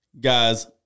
Guys